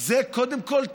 זה קודם כול טרור.